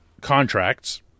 contracts